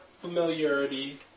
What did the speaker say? familiarity